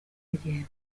kugenda